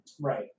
Right